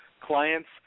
clients